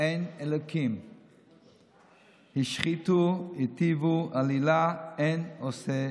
אין אלוקים השחיתו התעיבו עלילה אין עשה טוב".